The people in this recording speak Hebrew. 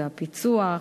זה הפיצו"ח,